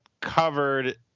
covered